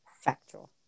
factual